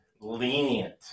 lenient